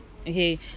okay